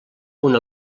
una